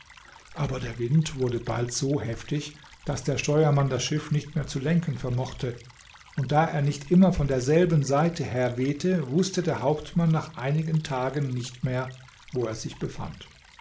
aber der wind wurde bald so heftig daß der steuermann das schiff nicht mehr zu lenken vermochte und da er nicht immer von derselben seite herwehte wußte der hauptmann nach einigen tagen nicht mehr wo er sich befand